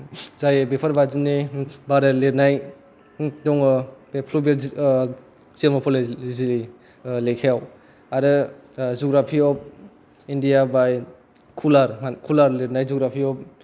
जायो बेफोर बादिनि बारै लिरनाय दङ एफ्रुबेल जेमेफलजिनि लेखायाव आरो जुग्रापि अफ इण्डिया बाय कुलार लिरनाय